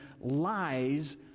lies